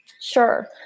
Sure